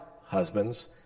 husbands